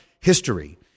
History